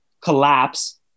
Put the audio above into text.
collapse